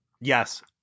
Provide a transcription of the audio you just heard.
Yes